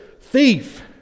thief